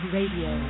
Radio